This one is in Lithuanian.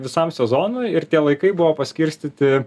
visam sezonui ir tie laikai buvo paskirstyti